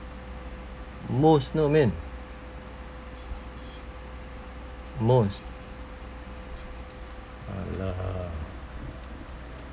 most know min most ah lah